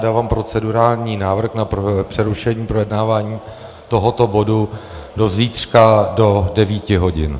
Dávám procedurální návrh na přerušení projednávání tohoto bodu do zítřka do devíti hodin.